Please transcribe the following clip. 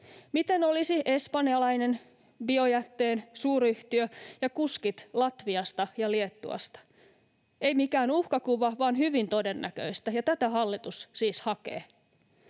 Miten olisi espanjalainen biojätteen suuryhtiö ja kuskit Latviasta ja Liettuasta? Ei mikään uhkakuva vaan hyvin todennäköistä, ja tätä hallitus siis hakee.